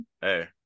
Hey